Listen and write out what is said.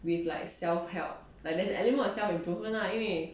with like self help like there is an element of self improvement lah 因为